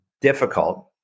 difficult